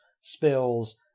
spills